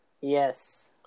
Yes